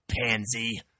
pansy